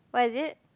what is it